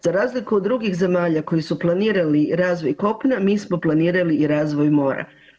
Za razliku od drugih zemalja koje su planirali razvoj kopna, mi smo planirali i razvoj mora.